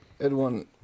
Edwin